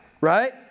Right